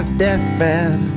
deathbed